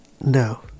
no